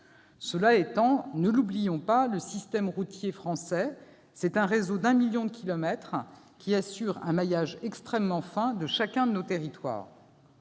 Cela étant, n'oublions pas que le système routier français constitue un réseau de 1 million de kilomètres qui assure un maillage extrêmement fin de chacun de nos territoires.